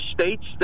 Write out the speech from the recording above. states